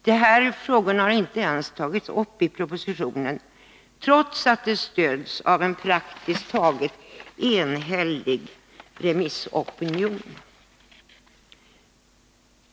Dessa frågor har inte ens tagits upp i propositionen, trots att de stöds av en praktiskt taget enhällig remissopinion.